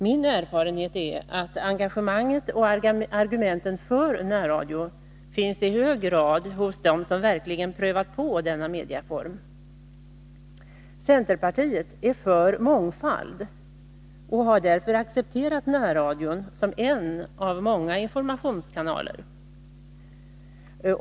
Min erfarenhet är att engagemanget och argumenten för närradion finns i hög grad hos dem som verkligen prövat på denna medieform. Centerpartiet är för mångfald och har därför accepterat närradion som en av många informationskanaler.